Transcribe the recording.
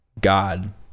God